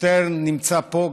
שטרן נמצא פה,